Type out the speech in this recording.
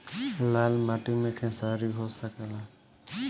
लाल माटी मे खेसारी हो सकेला?